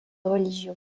religion